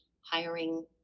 hiring